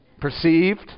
perceived